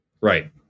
Right